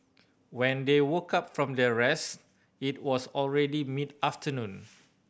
when they woke up from their rest it was already mid afternoon